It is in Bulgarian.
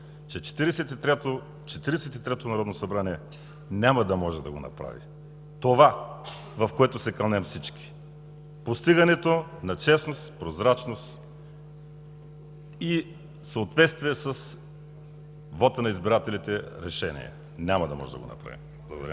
третото народно събрание няма да може да го направи това, в което се кълнем всички – постигането на честност, прозрачност и съответствие с вота на избирателите решение. Няма да може да го направим!